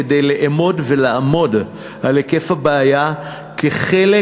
כדי לאמוד ולעמוד על היקף הבעיה כחלק